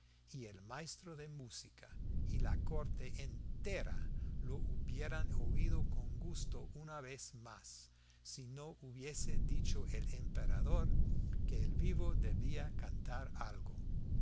y el maestro de música y la corte entera lo hubieran oído con gusto una vez más si no hubiese dicho el emperador que el vivo debía cantar algo